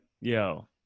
yo